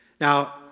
Now